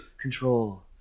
Control